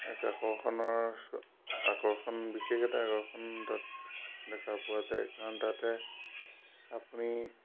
এক আকৰ্ষণৰ আকৰ্ষণ বিশেষ এটা আকৰ্ষণ তাত দেখা পোৱা যায় কাৰণ তাতে আপুনি